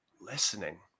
listening